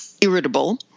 irritable